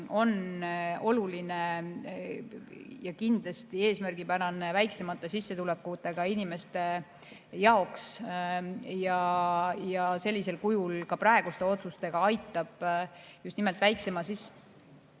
on oluline ja kindlasti eesmärgipärane väiksemate sissetulekutega inimeste jaoks. Sellisel kujul aitab see ka praeguste otsustega just nimelt väiksemate